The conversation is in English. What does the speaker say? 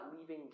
leaving